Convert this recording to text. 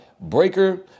Breaker